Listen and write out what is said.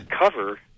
cover